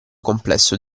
complesso